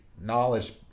knowledge